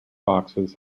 boxes